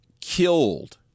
killed